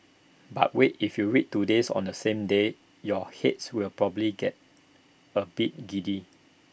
but wait if you read Todays on the same day your heads will probably get A bit giddy